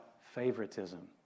favoritism